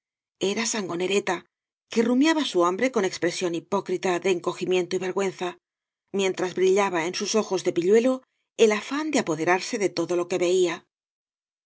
era sangonereta que rumiaba su hambre con expresión hipócrita de encogimiento y vergüenza mientras brillaba en sus ojos de pilluelo ei afán de apoderarse de todo lo que veía